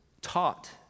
taught